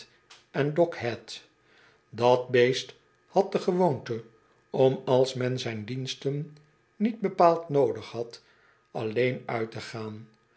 en dock head dat beest had de gewoonte om als men zijne diensten niet bepaald noodig had alleen uit te gaan